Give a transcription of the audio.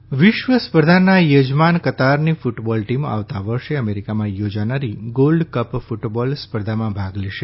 કતાર football વિશ્વ સ્પર્ધાનાં યજમાન કતારની ક્રટબોલ ટીમ આવતાં વર્ષે અમેરીકામાં યોજનારી ગોલ્ડ કપ ફૂટબોલ સ્પર્ધામાં ભાગ લેશે